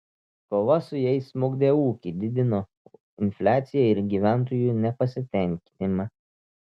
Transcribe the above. kova su jais smukdė ūkį didino infliaciją ir gyventojų nepasitenkinimą